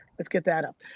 let's get that up.